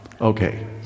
Okay